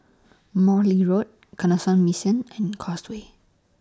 Morley Road Canossian Mission and Causeway